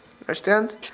Understand